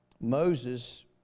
Moses